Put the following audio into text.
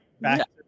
back